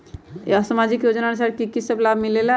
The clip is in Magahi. समाजिक योजनानुसार कि कि सब लाब मिलीला?